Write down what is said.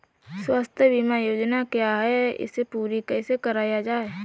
स्वास्थ्य बीमा योजना क्या है इसे पूरी कैसे कराया जाए?